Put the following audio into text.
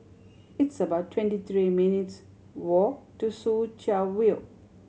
it's about twenty three minutes' walk to Soo Chow View